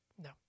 No